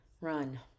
run